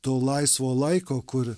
to laisvo laiko kur